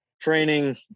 training